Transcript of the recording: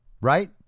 right